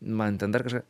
man ten dar kažką